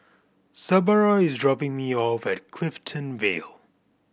Sabra is dropping me off at Clifton Vale